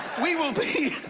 we will be